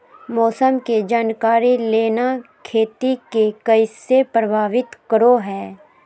मौसम के जानकारी लेना खेती के कैसे प्रभावित करो है?